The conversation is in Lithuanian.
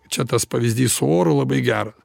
čia tas pavyzdys su oru labai gera